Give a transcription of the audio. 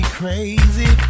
crazy